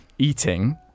eating